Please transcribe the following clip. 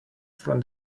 from